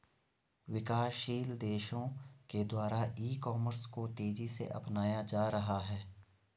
विकासशील देशों के द्वारा ई कॉमर्स को तेज़ी से अपनाया जा रहा है